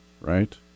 right